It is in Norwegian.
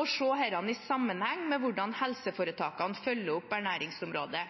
og se dette i sammenheng med hvordan helseforetakene følger opp ernæringsområdet.